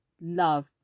love